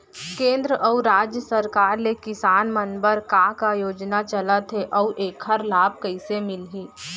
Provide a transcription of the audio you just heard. केंद्र अऊ राज्य सरकार ले किसान मन बर का का योजना चलत हे अऊ एखर लाभ कइसे मिलही?